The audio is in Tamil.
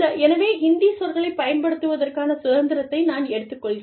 எனவே இந்தி சொற்களைப் பயன்படுத்துவதற்கான சுதந்திரத்தை நான் எடுத்துக்கொள்கிறேன்